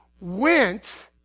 went